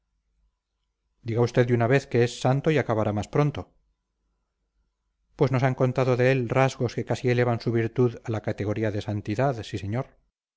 diga usted de una vez que es santo y acabará más pronto pues nos han contado de él rasgos que casi elevan su virtud a la categoría de santidad sí señor